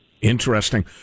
Interesting